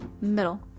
middle